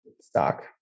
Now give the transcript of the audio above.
stock